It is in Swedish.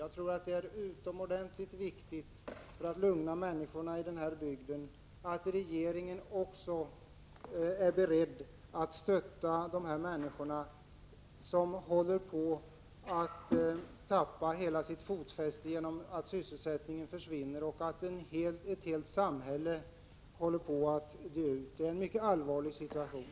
Jag tror att det är utomordentligt viktigt för att lugna människorna i bygden att regeringen också är beredd att stötta de här människorna, som håller på att helt tappa fotfästet genom att sysselsättningen försvinner. Ett helt samhälle håller på att dö ut. Det är en mycket allvarlig situation.